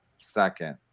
second